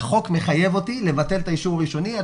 החוק מחייב אותי לבטל את האישור הראשוני עד